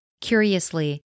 Curiously